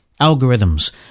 algorithms